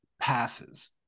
passes